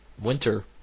winter